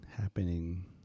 happening